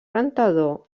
rentador